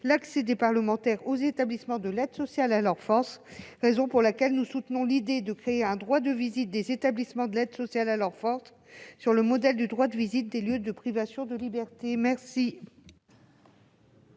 l'accès des parlementaires aux établissements de l'aide sociale à l'enfance, raison pour laquelle nous soutenons l'idée de créer un droit de visite de ces établissements, sur le modèle du droit de visite des lieux de privation de liberté. Quel